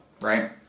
right